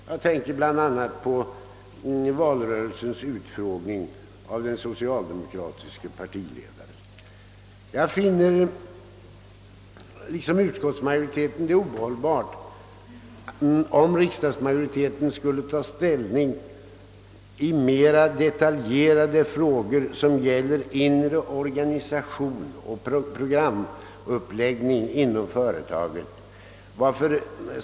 Jag tänker då bl.a. på valrörelsens utfrågning av den socialdemokratiske partiledaren. Liksom utskottsmajoriteten finner jag det ohållbart, om riksdagsmajoriteten skulle ta ställning i mera detaljerade frågor som gäller inre organisation och programuppläggning inom företaget.